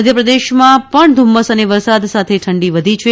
મધ્યપ્રદેશમાં પણ ધુમ્મસ અને વરસાદ સાથે ઠંડી વધી છે